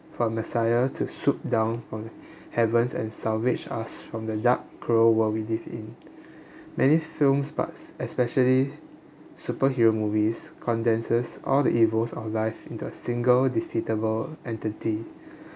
for messiah to shoot down from heavens and salvage us from the dark cruel world we live in many films but especially superhero movies condenses all the evils of life into a single defeatable entity